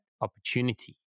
opportunity